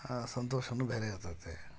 ಆ ಸಂತೋಷವೂ ಬೇರೆ ಇರ್ತೈತೆ